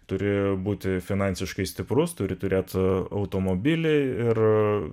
turi būti finansiškai stiprus turi turėt automobilį ir